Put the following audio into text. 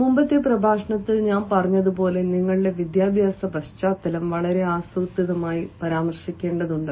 മുമ്പത്തെ പ്രഭാഷണത്തിൽ ഞാൻ പറഞ്ഞതുപോലെ നിങ്ങളുടെ വിദ്യാഭ്യാസ പശ്ചാത്തലം വളരെ ആസൂത്രിതമായി പരാമർശിക്കേണ്ടതുണ്ട്